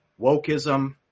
Wokeism